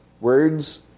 words